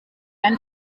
einen